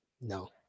No